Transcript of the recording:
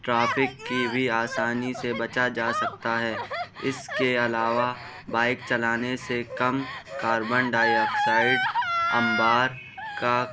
traffic کی بھی آسانی سے بچا جا سکتا ہے اس کے علاوہ بائیک چلانے سے کم کاربن ڈائی آکسائڈ انبار کا